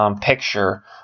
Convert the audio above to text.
Picture